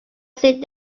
sit